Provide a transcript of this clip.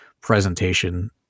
presentation